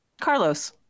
Carlos